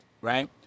right